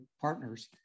partners